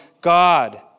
God